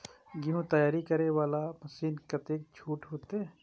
गेहूं तैयारी करे वाला मशीन में कतेक छूट होते?